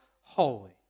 holy